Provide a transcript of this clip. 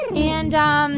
and, um